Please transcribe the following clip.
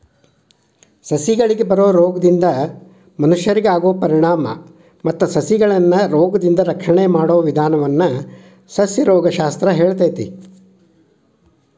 ಸಸಿಗಳಿಗೆ ಬರೋ ರೋಗದಿಂದ ಮನಷ್ಯರಿಗೆ ಆಗೋ ಪರಿಣಾಮ ಮತ್ತ ಸಸಿಗಳನ್ನರೋಗದಿಂದ ರಕ್ಷಣೆ ಮಾಡೋ ವಿದಾನವನ್ನ ಸಸ್ಯರೋಗ ಶಾಸ್ತ್ರ ಹೇಳ್ತೇತಿ